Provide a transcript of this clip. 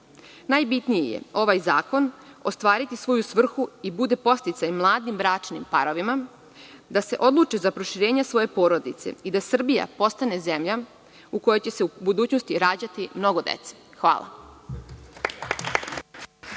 je da ovaj zakon ostvari svoju svrhu i bude podsticaj mladim bračnim parovima, da se odluče za proširenje porodice i da Srbija postane zemlja u kojoj će se u budućnosti rađati mnogo dece. Hvala.